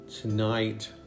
Tonight